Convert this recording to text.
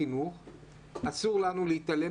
אסור לנו להתעלם